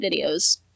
videos